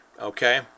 Okay